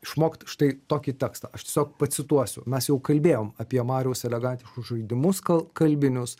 išmokt štai tokį tekstą aš tiesiog pacituosiu mes jau kalbėjom apie mariaus elegantiškus žaidimus kal kalbinius